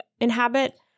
inhabit